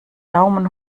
daumen